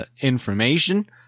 information